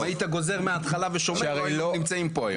אם היית גוזר מהתחלה ושומר לא היינו נמצאים פה היום.